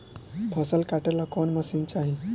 फसल काटेला कौन मशीन चाही?